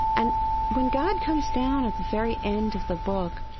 and when god comes down at the very end of the book,